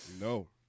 No